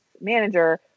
manager